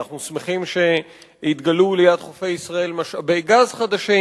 אנחנו שמחים שהתגלו ליד חופי ישראל משאבי גז חדשים,